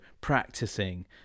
practicing